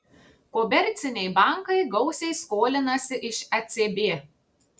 komerciniai bankai gausiai skolinasi iš ecb